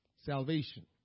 Salvation